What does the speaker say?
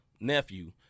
nephew